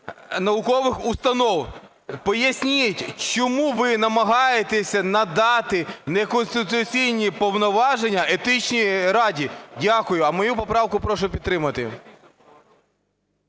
наукових установ". Поясніть, чому ви намагаєтесь надати неконституційні повноваження Етичній раді? Дякую. А мою поправку прошу підтримати.